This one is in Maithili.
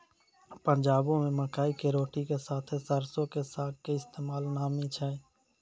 पंजाबो मे मकई के रोटी के साथे सरसो के साग के इस्तेमाल नामी छै